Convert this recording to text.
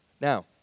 Now